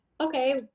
okay